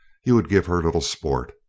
you would give her little sport.